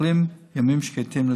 מאחלים ימים שקטים לתושבים.